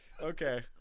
okay